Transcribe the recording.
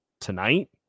tonight